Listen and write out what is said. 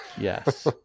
yes